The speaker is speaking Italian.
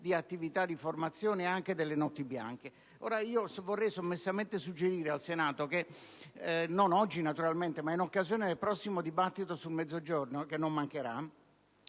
di attività di formazione e anche delle notti bianche. Vorrei sommessamente suggerire al Senato, non oggi naturalmente, ma in occasione del prossimo dibattito sul Mezzogiorno, che non mancherà,